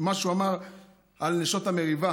מה שהוא אמר על נשות המריבה.